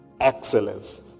excellence